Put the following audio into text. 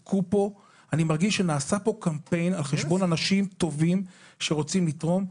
אני מרגיש שנעשה פה קמפיין על חשבון אנשים טובים שרוצים לתרום.